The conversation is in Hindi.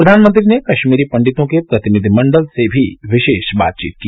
प्रधानमंत्री ने कश्मीरी पंडितों के प्रतिनिधिमण्डल से भी विशेष बातचीत की